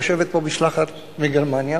יושבת פה משלחת מגרמניה.